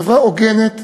חברה הוגנת,